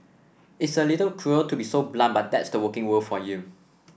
it's a little cruel to be so blunt but that's the working world for you